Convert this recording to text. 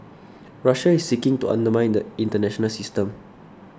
Russia is seeking to undermine the international system